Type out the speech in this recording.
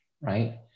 right